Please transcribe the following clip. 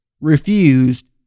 refused